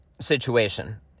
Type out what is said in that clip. situation